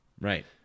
Right